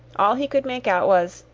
all he could make out was,